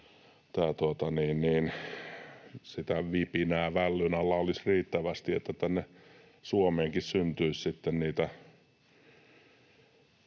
sitä vipinää vällyn alla olisi riittävästi, että tänne Suomeenkin syntyisi sitten henkilöitä